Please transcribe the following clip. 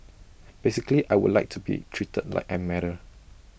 basically I would like to be treated like I matter